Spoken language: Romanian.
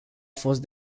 fost